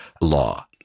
law